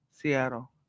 Seattle